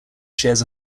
shares